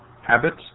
habits